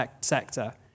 sector